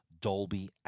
Dolby